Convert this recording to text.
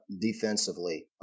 defensively